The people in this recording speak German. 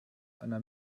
einer